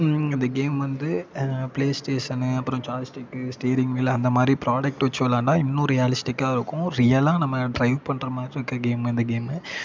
அந்த கேம் வந்து PlayStation அப்புறம் ஜாய் ஸ்டிக்கு ஸ்டியரிங் வீலு அந்த மாதிரி ப்ராடக்ட் வச்சு விளையாடினா இன்னும் ரியலிஸ்டிக்கா இருக்கும் ரியலாக நம்ம டிரைவ் பண்ணுற மாதிரி இருக்கிற கேமு இந்த கேமு